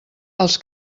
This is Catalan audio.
els